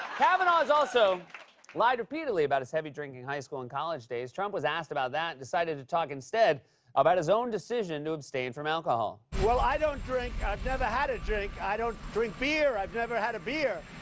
kavanaugh's also lied repeatedly about his heavy drinking in high school and college days. trump was asked about that and decided to talk instead about his own decision to abstain from alcohol. well, i don't drink. i've never had a drink. i don't drink beer. i've never had a beer.